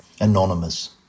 anonymous